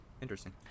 Interesting